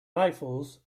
rifles